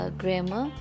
grammar